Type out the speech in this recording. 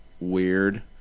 weird